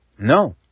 No